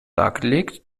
dargelegt